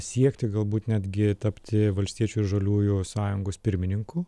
siekti galbūt netgi tapti valstiečių ir žaliųjų sąjungos pirmininku